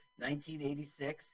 1986